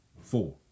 Four